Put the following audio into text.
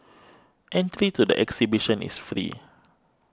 entry to the exhibition is free